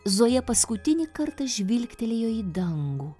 zoja paskutinį kartą žvilgtelėjo į dangų